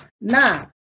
Now